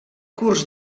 curs